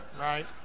right